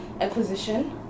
acquisition